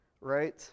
right